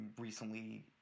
recently